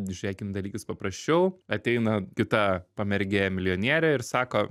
žiūrėkim į dalykus paprasčiau ateina kita pamergė milijonierė ir sako